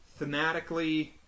thematically